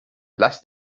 lass